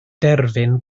derfyn